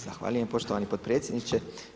Zahvaljujem poštovani potpredsjedniče.